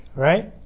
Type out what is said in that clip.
right.